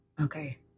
Okay